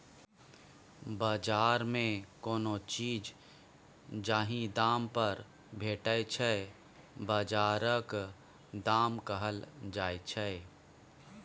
बजार मे कोनो चीज जाहि दाम पर भेटै छै बजारक दाम कहल जाइ छै